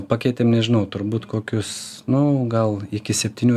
pakeitėm nežinau turbūt kokius nu gal iki septynių